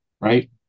right